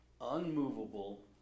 unmovable